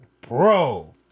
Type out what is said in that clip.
bro